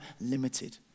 limited